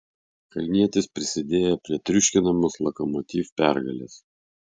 kalnietis prisidėjo prie triuškinamos lokomotiv pergalės